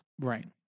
Right